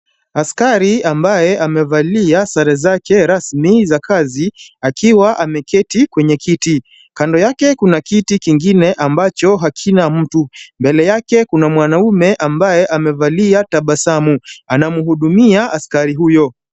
Askari ambaye amevaa nguo rasmi za kazi akiwa ameketi kwenye kiti. Kando yake kuna kiti kingine ambacho hakina mtu. Mbele yake kuna mwanaume ambaye amevalia tabasamu. Anamhudumia askari huyo.